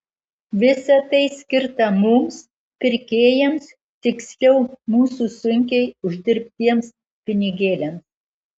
visa tai skirta mums pirkėjams tiksliau mūsų sunkiai uždirbtiems pinigėliams